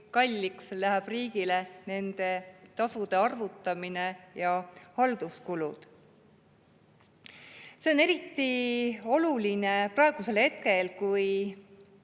kui kalliks läheb riigile nende tasude arvutamine ja halduskulud. See on eriti oluline praegusel hetkel, kui